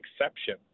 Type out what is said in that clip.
exception